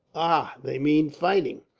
ah! they mean fighting.